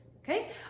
Okay